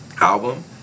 album